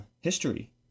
history